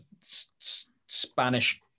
Spanish